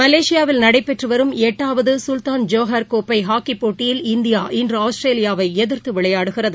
மலேசியாவில் நடைபெற்று வரும் எட்டாவது சுல்தான் ஜோகோர் கோப்பை போட்டியில் இந்தியா இன்று ஆஸ்திரேலியாவை எதிர்த்து விளையாடுகிறது